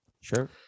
sure